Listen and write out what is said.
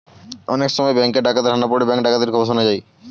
অনেক সময় ব্যাঙ্কে ডাকাতের হানা পড়ে ব্যাঙ্ক ডাকাতির খবর শোনা যায়